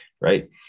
right